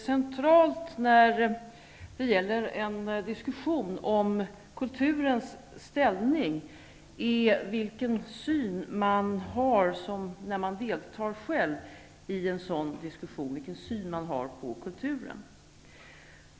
Herr talman! Vid en diskussion om kulturens ställning är den syn man själv har när det gäller kulturen central.